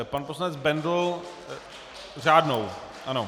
Pan poslanec Bendl, řádnou, ano.